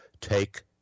take